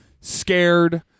scared